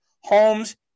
homes